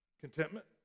Contentment